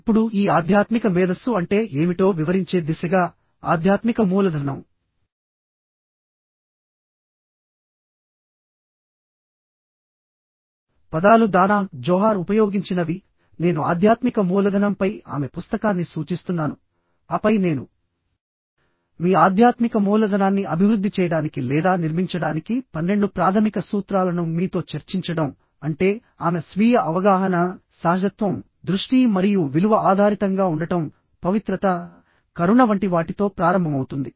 ఇప్పుడు ఈ ఆధ్యాత్మిక మేధస్సు అంటే ఏమిటో వివరించే దిశగా ఆధ్యాత్మిక మూలధనం పదాలు దానాహ్ జోహార్ ఉపయోగించినవి నేను ఆధ్యాత్మిక మూలధనంపై ఆమె పుస్తకాన్ని సూచిస్తున్నాను ఆపై నేను మీ ఆధ్యాత్మిక మూలధనాన్ని అభివృద్ధి చేయడానికి లేదా నిర్మించడానికి 12 ప్రాథమిక సూత్రాలను మీతో చర్చించడం అంటే ఆమె స్వీయ అవగాహన సహజత్వం దృష్టి మరియు విలువ ఆధారితంగా ఉండటం పవిత్రత కరుణ వంటి వాటితో ప్రారంభమవుతుంది